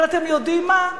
אבל אתם יודעים מה?